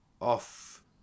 off